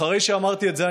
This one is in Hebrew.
אחרי שאמרתי את זה,